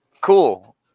Cool